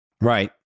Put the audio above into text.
Right